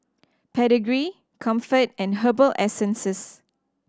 Pedigree Comfort and Herbal Essences